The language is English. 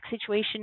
situation